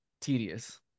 tedious